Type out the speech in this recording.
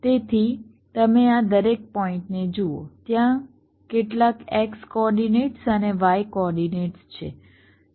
તેથી તમે આ દરેક પોઇન્ટને જુઓ ત્યાં કેટલાક x કોઓર્ડિનેટ્સ અને y કોઓર્ડિનેટ્સ છે